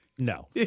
No